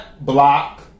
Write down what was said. Block